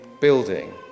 building